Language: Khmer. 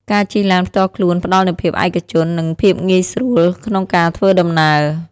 ការជិះឡានផ្ទាល់ខ្លួនផ្តល់នូវភាពឯកជន និងភាពងាយស្រួលក្នុងការធ្វើដំណើរ។